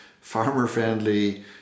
farmer-friendly